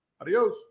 Adios